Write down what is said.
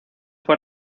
fue